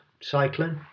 cycling